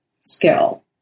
skill